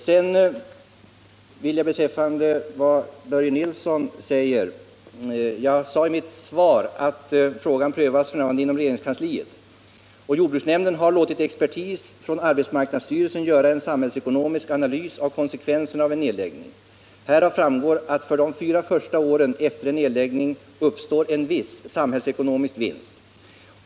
Jag vill vidare beträffande vad Börje Nilsson framhöll peka på att jag i mitt svar sade att frågan f. n. prövas inom regeringskansliet. Jordbruksnämnden har låtit expertis från arbetsmarknadsstyrelsen göra en samhällsekonomisk analys av konsekvenserna av en nedläggning. Härav framgår att det för de fyra första åren efter en nedläggning uppstår en viss samhällsekonomisk vinst.